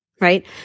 right